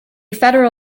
federal